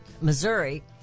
missouri